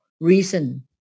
reason